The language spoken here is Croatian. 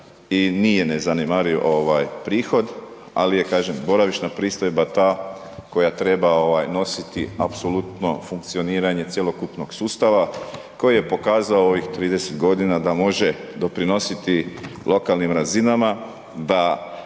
i nije nezanemariv ovaj prihod, ali je kažem boravišna pristojba ta koja treba nositi apsolutno funkcioniranje cjelokupnog sustava koje je pokazao u ovih 30 godina da može doprinositi lokalnim razinama